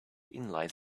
inline